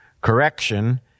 correction